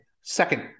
second